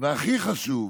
והכי חשוב